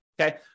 okay